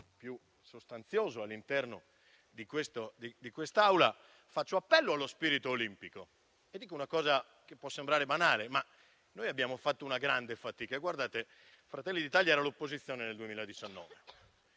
più numeroso di quest'Assemblea, faccio appello allo spirito olimpico e dico una cosa che può sembrare banale, ma noi abbiamo fatto una grande fatica. Fratelli d'Italia era all'opposizione nel 2019,